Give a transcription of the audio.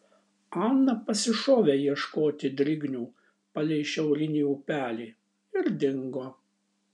ana pasišovė ieškoti drignių palei šiaurinį upelį ir dingo